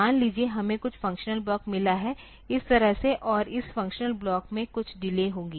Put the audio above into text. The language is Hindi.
मान लीजिए हमें कुछ फंक्शनल ब्लॉक मिला है इस तरह से और इस फंक्शनल ब्लॉक में कुछ डिले होगी